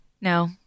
No